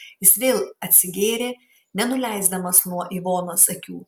jis vėl atsigėrė nenuleisdamas nuo ivonos akių